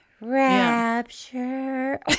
rapture